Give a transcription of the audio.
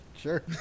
Sure